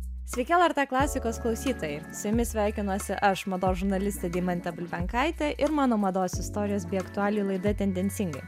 sveiki lrt klasikos klausytojai su jumis sveikinuosi aš mados žurnalistė deimantė bulbenkaitė ir mano mados istorijos bei aktualijų laida tendencingai